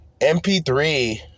MP3